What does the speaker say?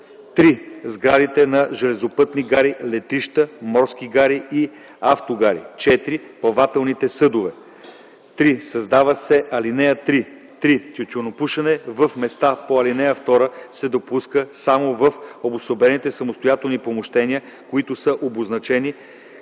3. сградите на железопътни гари, летища, морски гари и автогари; 4. плавателните съдове.” 3. Създава се ал. 3: „(3) Тютюнопушене в местата по ал. 2 се допуска само в обособени самостоятелни помещения, които са обозначени